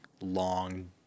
long